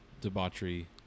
debauchery